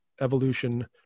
Evolution